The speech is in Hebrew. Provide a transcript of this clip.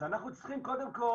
אז, אנחנו צריכים קודם כל,